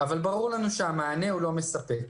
אבל ברור לנו שהמענה לא מספק.